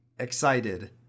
excited